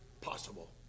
possible